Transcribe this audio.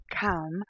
come